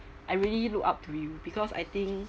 I really look up to you because I think